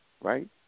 Right